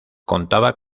contaba